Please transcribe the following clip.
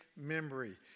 Memory